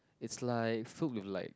it's like filled with like